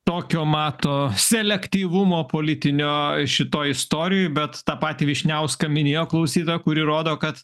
tokio mato selektyvumo politinio šitoj istorijoj bet tą patį vyšniauską minėjo klausytoja kuri rodo kad